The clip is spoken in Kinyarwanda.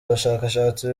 bashakashatsi